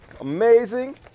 Amazing